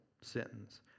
sentence